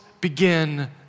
begin